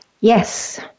Yes